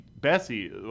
Bessie